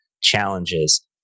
challenges